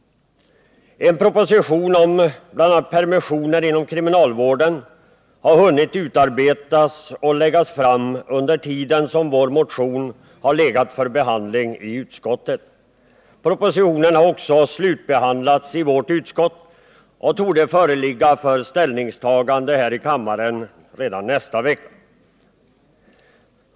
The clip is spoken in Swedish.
En proposition om bl.a. permissioner inom kriminalvården har hunnit utarbetas och läggas fram under tiden som vår motion legat för behandling i utskottet. Propositionen har också slutbehandlats av vårt utskott och torde föreligga för ställningstagande här i kammaren redan nästa vecka.